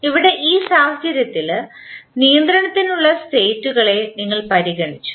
ഇവിടെ ഈ സാഹചര്യത്തിൽ നിയന്ത്രണത്തിനുള്ള സ്റ്റേറ്റുകളെ നിങ്ങൾ പരിഗണിച്ചു